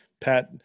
Pat